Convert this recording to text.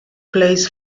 plays